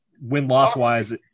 win-loss-wise